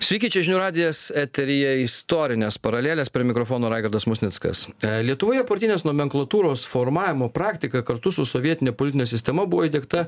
sveiki čia žinių radijas eteryje istorinės paralelės prie mikrofono raigardas musnickas lietuvoje partinės nomenklatūros formavimo praktika kartu su sovietine politine sistema buvo įdiegta